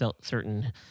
certain